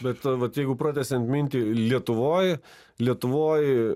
bet vat jeigu pratęsiant mintį lietuvoj lietuvoj